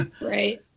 Right